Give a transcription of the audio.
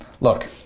look